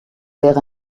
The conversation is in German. wäre